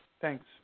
thanks